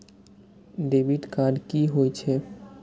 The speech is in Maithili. डेबिट कार्ड की होय छे?